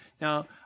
Now